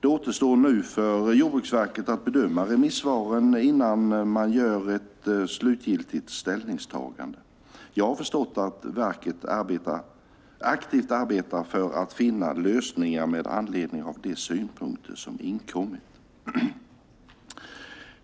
Det återstår nu för Jordbruksverket att bedöma remissvaren innan man gör ett slutgiltigt ställningstagande. Jag har förstått att verket aktivt arbetar för att finna lösningar med anledning av de synpunkter som inkommit.